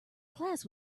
class